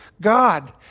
God